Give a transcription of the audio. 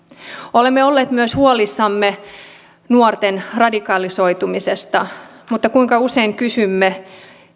olemme olleet myös huolissamme nuorten radikalisoitumisesta mutta kuinka usein kysymme